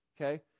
Okay